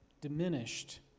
diminished